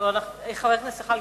חבר הכנסת זחאלקה,